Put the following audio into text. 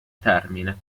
termine